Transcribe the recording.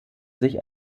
sich